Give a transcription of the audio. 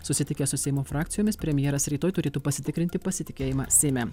susitikęs su seimo frakcijomis premjeras rytoj turėtų pasitikrinti pasitikėjimą seime